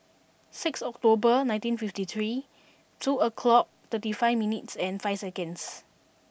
six October nineteen fifty three two o'clock thirty five minutes and five seconds